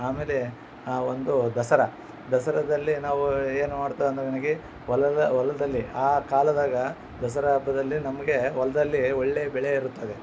ಆಮೇಲೇ ಆ ಒಂದು ದಸರಾ ದಸರಾದಲ್ಲಿ ನಾವು ಏನು ಮಾಡ್ತೆವಂದ್ರೆ ನನಗೆ ಹೊಲದ ಹೊಲದಲ್ಲಿ ಆ ಕಾಲದಾಗ ದಸರಾ ಹಬ್ಬದಲ್ಲಿ ನಮಗೆ ಹೊಲದಲ್ಲಿ ಒಳ್ಳೇ ಬೆಳೆ ಇರುತ್ತದೆ